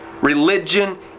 Religion